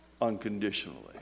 unconditionally